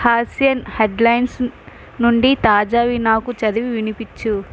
Asian headlines నుండి తాజావి నాకు చదివి వినిపించు